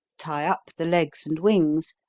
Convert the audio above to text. tie up the legs and wings,